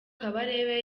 kabarebe